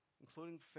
including